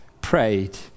prayed